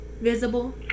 visible